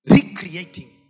Recreating